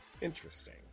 Interesting